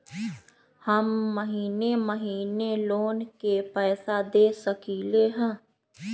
हम महिने महिने लोन के पैसा दे सकली ह?